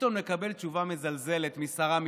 ביטון מקבל תשובה מזלזלת משרה מתנשאת.